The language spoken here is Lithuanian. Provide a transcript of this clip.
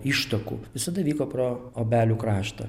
ištakų visada vyko pro obelių kraštą